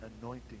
anointing